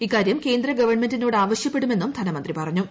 ഇക്കാരൃം കേന്ദ്ര ഗവൺമെന്റിനോട് ആവശ്യപ്പെടുമെന്നും ധനമന്ത്രി പറഞ്ഞു